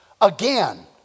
again